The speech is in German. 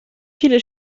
viele